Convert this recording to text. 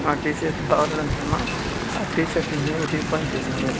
ఆ T shirt బాగాలేనందువలన ఆ టీ షర్ట్ని మేము రీఫండ్ చేసాము